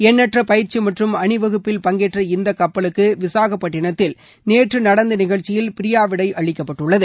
எண்ணற்ற பயிற்சி மற்றும் அணிவகுப்பில் பங்கேற்ற இந்த கப்பலுக்கு விசாகப்பட்டினத்தில் நேற்று நடந்த நிகழ்ச்சியில் பிரியாவிடை அளிக்கப்பட்டுளளது